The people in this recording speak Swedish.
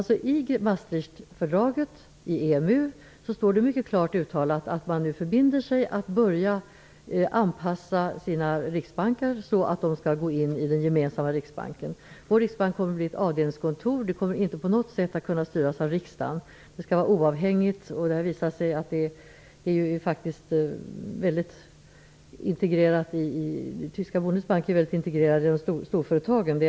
I Maastrichtfördraget, i EMU, står det mycket klart uttalat att man nu förbinder sig att börja anpassa sin riksbank så att den kan ingå i den gemensamma riksbanken. Vår riksbank kommer att bli ett avdelningskontor. Den kommer inte på något sätt att kunna styras av riksdagen. Den skall vara oavhängig. Det visar sig att den tyska Bundesbank är mycket integrerad i storföretagen.